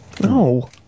No